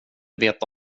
veta